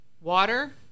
Water